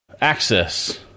access